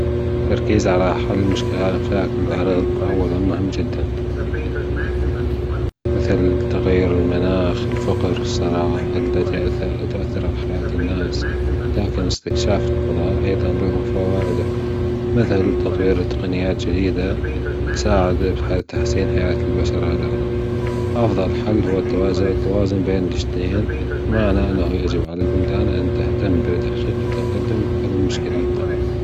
التركيز على حل مشكلات الأرض أولًا مهم جدًا مثل تغير المناخ الفقر الصراعات التي تؤثر على حياة الناس لكن استكشاف الفضاء أيضًا له فوائده مثل تطوير تقنيات جديدة بتساعد على تحسين حياة البشر على الأرض أفضل حل هو التوازن بين الأثنين بمعنى ان على البلدان تحقيق تقدم وحل المشكلات.